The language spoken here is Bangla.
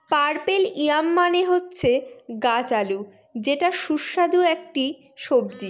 পার্পেল ইয়াম মানে হচ্ছে গাছ আলু যেটা সুস্বাদু একটি সবজি